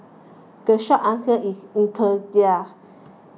the short answer is inertia